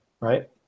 right